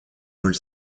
роли